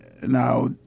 Now